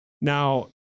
Now